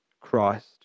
Christ